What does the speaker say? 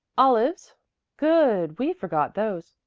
olives good! we forgot those.